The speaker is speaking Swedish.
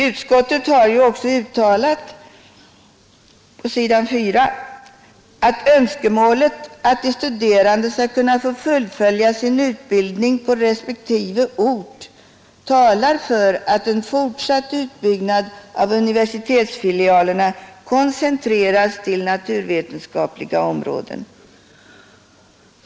Utskottet har också på s. 4 i betänkandet uttalat att ”önskemålet att de studerande skall kunna fullfölja sin utbildning på respektive ort talar för att en fortsatt utbyggnad av universitetsfilialerna koncentreras till naturvetenskapliga ämnesområden”.